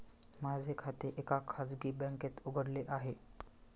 माझे खाते एका खाजगी बँकेत उघडले आहे